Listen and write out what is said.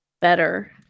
better